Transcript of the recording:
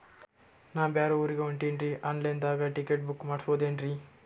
ನಾ ಬ್ಯಾರೆ ಊರಿಗೆ ಹೊಂಟಿನ್ರಿ ಆನ್ ಲೈನ್ ದಾಗ ಟಿಕೆಟ ಬುಕ್ಕ ಮಾಡಸ್ಬೋದೇನ್ರಿ?